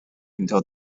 until